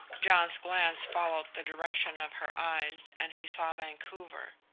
john's glance followed the direction of her eyes, and he saw vancouver.